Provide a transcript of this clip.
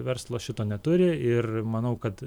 verslas šito neturi ir manau kad